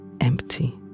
empty